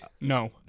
no